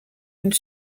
une